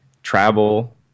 travel